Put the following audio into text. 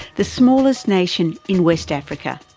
the smallest nation in west africa.